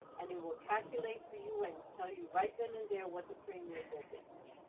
and it will calculate for you and tell you right then and there what the premium will be.